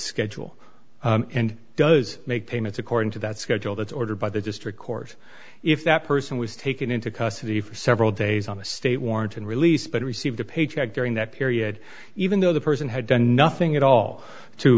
schedule and does make payments according to that schedule that's ordered by the district court if that person was taken into custody for several days on a state warrant and released but received a paycheck during that period even though the person had done nothing at all to